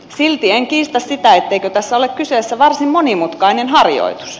silti en kiistä sitä etteikö tässä ole kyseessä varsin monimutkainen harjoitus